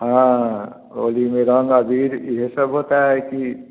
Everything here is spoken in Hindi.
हाँ होली में रंग अबीर यह सब होता है कि